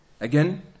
again